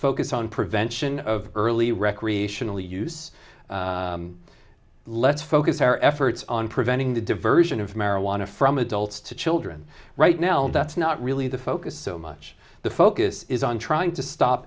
focus on prevention of early recreational use let's focus our efforts on preventing the diversion of marijuana from adults to children right now and that's not really the focus so much the focus is on trying to stop